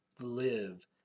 live